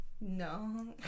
No